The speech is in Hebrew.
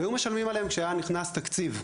והיו משלמים עליהם כשהיה נכנס תקציב.